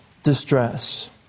distress